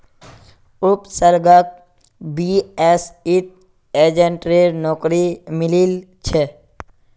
उपसर्गक बीएसईत एजेंटेर नौकरी मिलील छ